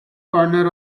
corner